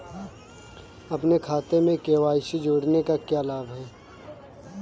अपने खाते में के.वाई.सी जोड़ने का क्या लाभ है?